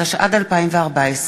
התשע"ד 2014,